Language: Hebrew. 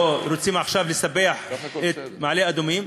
רוצים עכשיו לספח את מעלה-אדומים.